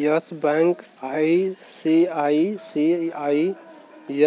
yes Bank ICICI,